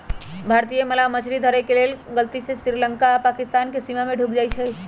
भारतीय मलाह मछरी धरे के लेल गलती से श्रीलंका आऽ पाकिस्तानके सीमा में ढुक जाइ छइ